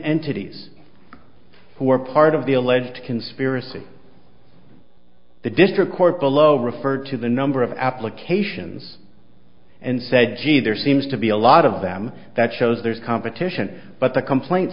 entities who are part of the alleged conspiracy the district court below referred to the number of applications and said gee there seems to be a lot of them that shows there's competition but the complaint